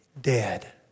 Dead